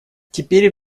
теперь